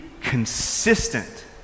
consistent